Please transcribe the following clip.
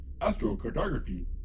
Astrocartography